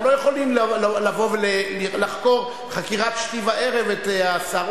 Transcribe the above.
אנחנו לא יכולים לחקור חקירת שתי וערב את השר.